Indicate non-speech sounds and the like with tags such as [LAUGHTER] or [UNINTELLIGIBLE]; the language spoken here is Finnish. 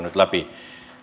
[UNINTELLIGIBLE] nyt läpi